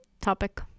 topic